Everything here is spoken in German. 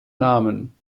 namen